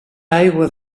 aigua